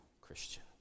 Christian